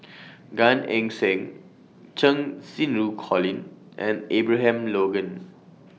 Gan Eng Seng Cheng Xinru Colin and Abraham Logan